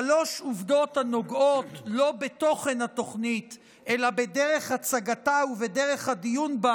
שלוש עובדות הנוגעות לא בתוכן התוכנית אלא בדרך הצגתה ובדרך הדיון בה